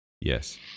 Yes